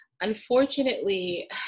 unfortunately